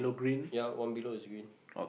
ya one below is green